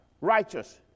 righteous